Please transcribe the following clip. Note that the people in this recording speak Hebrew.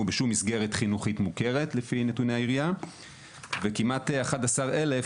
במסגרת חינוכית מוכרת לפי נתוני העירייה וכמעט 11,000